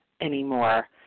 anymore